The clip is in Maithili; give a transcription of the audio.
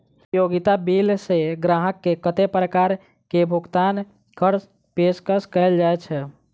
उपयोगिता बिल सऽ ग्राहक केँ कत्ते प्रकार केँ भुगतान कऽ पेशकश कैल जाय छै?